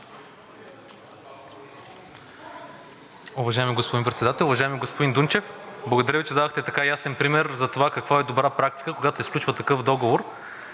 Уважаеми господин Председател! Уважаеми господин Дунчев, благодаря Ви, че дадохте така ясен пример за това какво е добра практика, когато се сключва такъв договор.